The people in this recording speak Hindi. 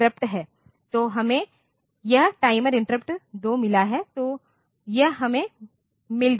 तो हमें यह टाइमर इंटरप्ट 2 मिला है तो यह हमें मिल गया है